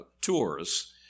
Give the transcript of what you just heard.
tours